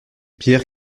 pierre